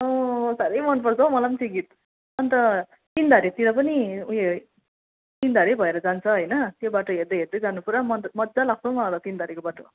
अँ साह्रै मनपर्छ हौ मलाई पनि त्यो गीत अन्त तिनधारेतिर पनि उयो तिनधारे भएर जान्छ होइन त्यो बाटो हेर्दै हेर्दै जानु पुरा मज्जा मज्जा लाग्छ हौ मलाई त तिनधारेको बाटो